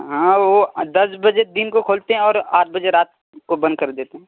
ہاں وہ دس بجے دن کو کھولتے ہیں اور آٹھ بجے رات کو بند کر دیتے ہیں